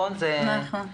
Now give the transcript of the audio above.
תדבר.